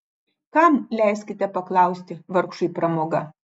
kam leiskite paklausti vargšui pramoga